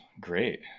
great